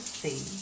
see